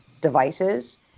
devices